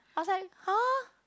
I was like !huh!